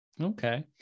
Okay